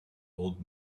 old